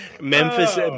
Memphis